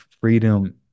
freedom